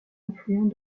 affluent